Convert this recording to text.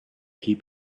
heap